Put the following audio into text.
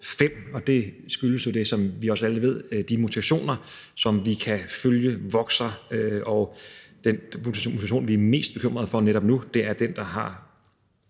og det skyldes jo, som vi også alle ved, de mutationer, som vi kan følge vokser, og den mutation, som vi er mest bekymrede for netop nu, er den, der har